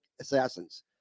assassins